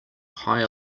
higher